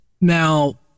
now